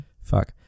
Fuck